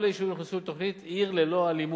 כל היישובים הוכנסו לתוכנית "עיר ללא אלימות".